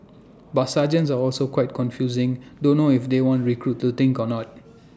but sergeants are also quite confusing don't know if they want recruits to think or not